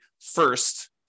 first